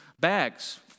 bags